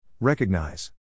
Recognize